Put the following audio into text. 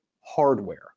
hardware